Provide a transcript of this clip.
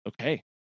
Okay